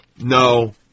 No